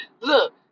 Look